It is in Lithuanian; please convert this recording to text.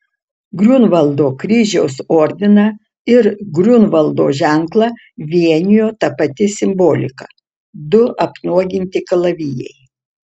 griunvaldo kryžiaus ordiną ir griunvaldo ženklą vienijo ta pati simbolika du apnuoginti kalavijai